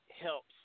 helps